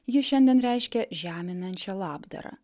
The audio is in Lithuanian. ji šiandien reiškia žeminančią labdarą